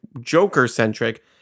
joker-centric